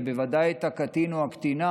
ובוודאי את הקטין או הקטינה,